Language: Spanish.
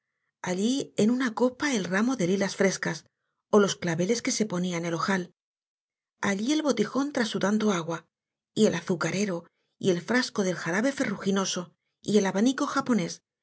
allí en una copa el ramo de lilas frescas ó los claveles que se ponía en el ojal allí el botijón trasudando agua y el azucarero y el frasco del jarabe ferruginoso y el abanico japonés